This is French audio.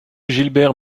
gilbert